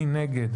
מי נגד?